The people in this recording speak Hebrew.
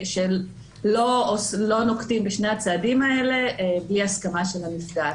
שלא נוקטים בשני הצעדים האלה בלי הסכמה של הנפגעת.